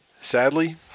Sadly